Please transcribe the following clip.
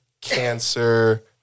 Cancer